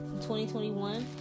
2021